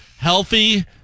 healthy